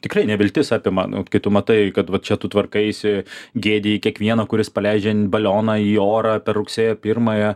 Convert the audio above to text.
tikrai neviltis apima nu vat kai tu matai kad va čia tu tvarkaisi gėdiji kiekvieną kuris paleidžia balioną į orą per rugsėjo pirmąją